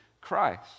Christ